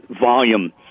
volume